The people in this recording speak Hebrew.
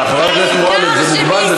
בושה לכל מי שמאפשר לתומכי טרור להיות כאן.